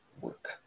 work